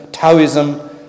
Taoism